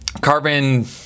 carbon